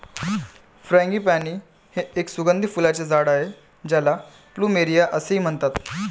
frangipani हे एक सुगंधी फुलांचे झाड आहे ज्याला प्लुमेरिया असेही म्हणतात